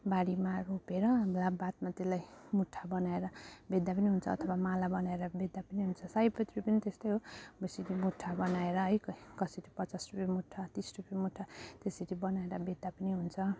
बारीमा रोपेर अन्त्यबाट बादमा त्यसलाई मुठा बनाएर बेच्दा पनि हुन्छ अथवा माला बनाएर बेच्दा पनि हुन्छ सयपत्री पनि त्यस्तै हो बेसीले मुठा बनाएर है कसैले पचास रुपियाँ मुठा तिस रुपियाँ मुठा त्यसरी बनाएर बेच्दा पनि हुन्छ